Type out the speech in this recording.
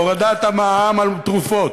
להורדת המע"מ על תרופות,